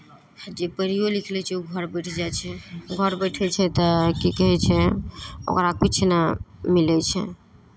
जे पढ़िओ लिखि लै छै ओ घर बैठ जाइ छै घर बैठे छै तऽ की कहै छै ओकरा किछु नहि मिलै छै